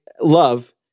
love